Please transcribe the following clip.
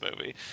movie